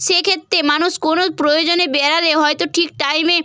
সেক্ষেত্রে মানুষ কোনও প্রয়োজনে বেরালে হয়তো ঠিক টাইমে